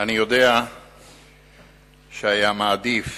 אני יודע שהיה מעדיף